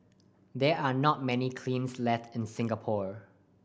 there are not many kilns left in Singapore